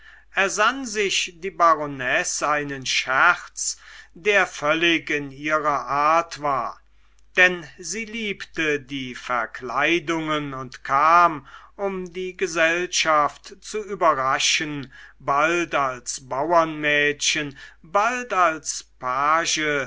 ersann sich die baronesse einen scherz der völlig in ihrer art war denn sie liebte die verkleidungen und kam um die gesellschaft zu überraschen bald als bauernmädchen bald als page